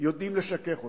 ידעו לשכך אותה.